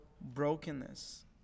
brokenness